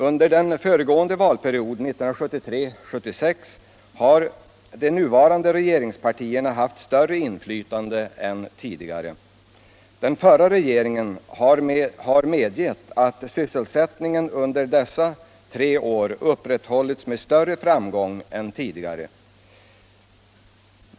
Under den föregående valperioden 1973-1976 har de nuvarande regeringspartierna haft större inflytande än tidigare. Den förra regeringen har medgett att sysselsättningen under dessa tre år upprätthållits med större framgång än tidigare.